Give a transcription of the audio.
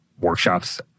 workshops